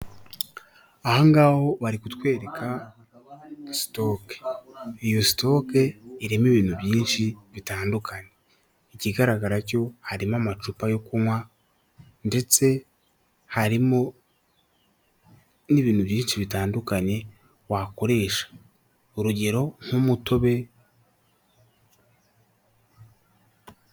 Imodoka yo mu bwoko bwa kebiyesi ariko itatse ibyapa bya beka, ikaba isa ibara ry'icyatsi, ikaba iri mu muhanda irimo iragenda itwaye abagenzi bagana za Remera.